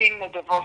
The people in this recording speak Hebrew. שמקבצים נדבות.